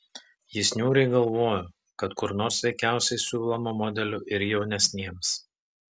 jis niūriai galvojo kad kur nors veikiausiai siūloma modelių ir jaunesniems